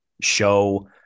show